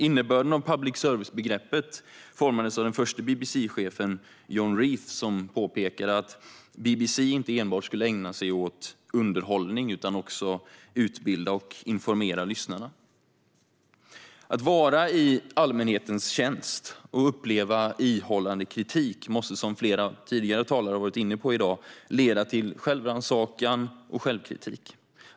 Innebörden av public service-begreppet formulerades av den förste BBC-chefen, John Reith, som pekade på att BBC inte enbart skulle ägna sig åt underhållning utan också utbilda och informera lyssnarna. Att vara i allmänhetens tjänst och uppleva ihållande kritik måste, som flera tidigare talare har varit inne på i dag, leda till självrannsakan och självkritik.